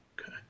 Okay